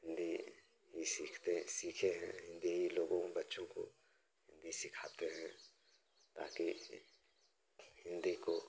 हिन्दी ही सीखते सीखे हैं हिन्दी ही लोगों बच्चों को भी सिखाते हैं ताकि हिन्दी को